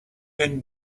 been